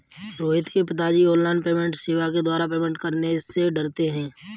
रोहित के पिताजी online payment सेवा के द्वारा पेमेंट करने से डरते हैं